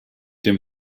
dem